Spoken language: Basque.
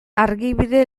argibide